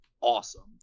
awesome